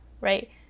right